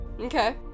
Okay